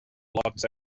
blots